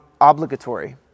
obligatory